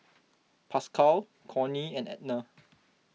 Pascal Cornie and Edna